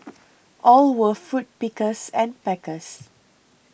all were fruit pickers and packers